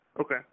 Okay